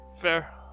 Fair